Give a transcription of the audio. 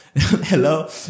Hello